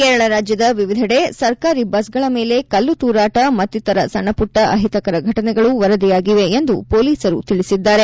ಕೇರಳ ರಾಜ್ವದ ವಿವಿಧೆಡೆ ಸರ್ಕಾರಿ ಬಸ್ಗಳ ಮೇಲೆ ಕಲ್ಲು ತೂರಾಟ ಮತ್ತಿತರ ಸಣ್ಣಪುಟ್ಟ ಅಹಿತಕರ ಫಟನೆಗಳು ವರದಿಯಾಗಿವೆ ಎಂದು ಪೊಲೀಸರು ತಿಳಿಸಿದ್ದಾರೆ